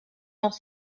auch